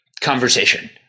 conversation